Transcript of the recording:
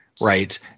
right